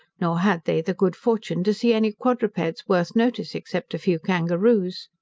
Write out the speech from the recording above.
nor had they the good fortune to see any quadrupeds worth notice, except a few kangaroos.